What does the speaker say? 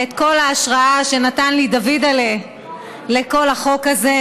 ועל כל ההשראה שנתן לי דויד'לה לכל החוק הזה,